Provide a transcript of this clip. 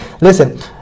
listen